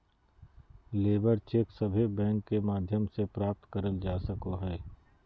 labour cheque सभे bank के माध्यम से प्राप्त करल जा सको हय